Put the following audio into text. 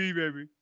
baby